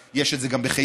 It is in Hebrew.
ויש את זה גם בחיפה,